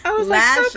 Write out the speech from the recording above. Lash